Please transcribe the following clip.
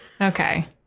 Okay